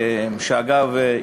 שאגב,